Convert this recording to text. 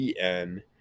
en